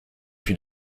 fut